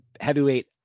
heavyweight